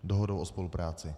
Dohodou o spolupráci.